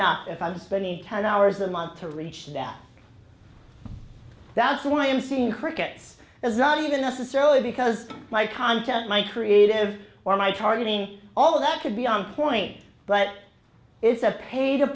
not if i'm spending ten hours a month to reach that that's why i'm seeing crickets as not even necessarily because my content my creative or my targeting all of that could be on point but it's a pay to